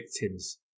victims